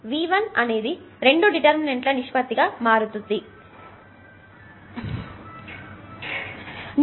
V1 అనేది రెండు determinant ల నిష్పతిగా గా మారుతుంది అనగా V1 I1 g12 g13 I2 g22 g23 I3 g32 g33 g11 g12 g13 g21 g23 g33 g31 g32 g33 అవుతుంది